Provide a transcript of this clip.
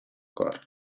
کار